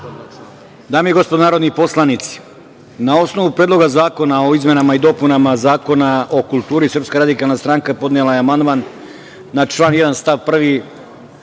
Dame i gospodo narodni poslanici, na osnovu Predloga zakona o izmenama i dopunama Zakona o kulturi, Srpska radikalna stranka podnela je amandman na član 1. Stav 1.